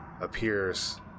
appears